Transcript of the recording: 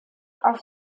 auf